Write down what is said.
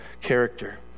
character